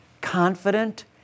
confident